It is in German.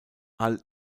all